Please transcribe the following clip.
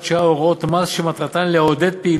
אורלי, זה חוק מאוד חשוב, באמת, חוק מהפכני.